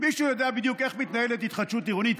מישהו יודע בדיוק איך מתנהלת התחדשות עירונית?